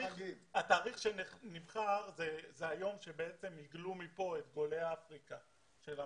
התאריך שנבחר זה היום שבעצם היגלו מפה את גולי אפריקה של המחתרות.